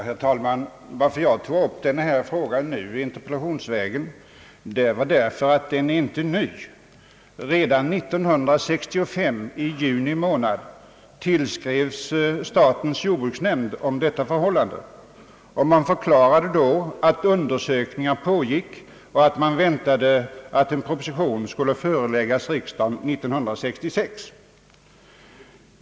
Herr talman! Att jag tog upp den här frågan interpellationsvägen beror på att ärendet inte är nytt. Redan i juni 1965 fick statens jordbruksnämnd ta emot en skrivelse angående detta spörsmål, och då svarades det att undersökningar pågick samt att man väntade en proposition till riksdagen under 1966.